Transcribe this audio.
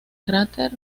cráter